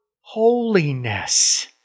holiness